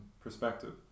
perspective